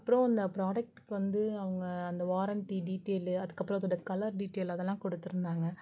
அப்புறம் இந்த ப்ராடக்ட்க்கு வந்து அவங்க அந்த வாரண்டி டீடைல் அதுக்கு அப்புறம் அதோட ய கலர் டீடைலு அதெலாம் கொடுத்துருந்தாங்க